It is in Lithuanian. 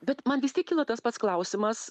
bet man vis tiek kyla tas pats klausimas